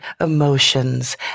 emotions